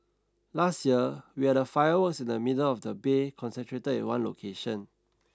last year we had the fireworks in the middle of the bay concentrated in one location